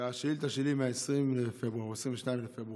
והשאילתה שלי היא מ-20 בפברואר או 22 בפברואר.